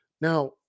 Now